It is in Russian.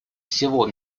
всего